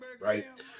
right